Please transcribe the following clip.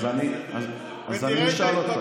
אז אני אשאל אותך,